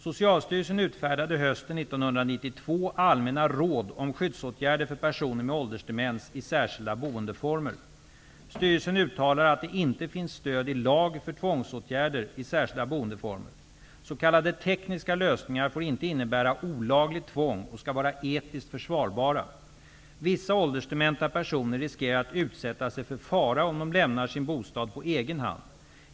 Socialstyrelsen utfärdade hösten 1992 allmänna råd om skyddsåtgärder för personer med åldersdemens i särskilda boendeformer. Styrelsen uttalar att det inte finns stöd i lag för tvångsåtgärder i särskilda boendeformer. S.k. tekniska lösningar får inte innebära olagligt tvång och skall vara etiskt försvarbara. Vissa åldersdementa personer riskerar att utsätta sig för fara om de lämnar sin bostad på egen hand.